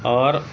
اور